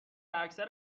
اکثر